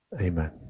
Amen